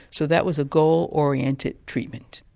so that was a goal-oriented treatment.